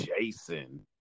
Jason